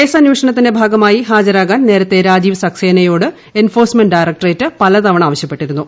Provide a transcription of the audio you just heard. കേസന്വേഷണത്തിന്റെ ഭാഗമായി ഹാജരാകാൻ നേരത്തെ രാജീവ് സക്സേനയോട് എൻഫോഴ്സ്മെന്റ് ഡയറക്ടറേറ്റ് പലതവണ ആവശ്യപ്പെട്ടിരുന്നു